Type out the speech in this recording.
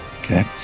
Okay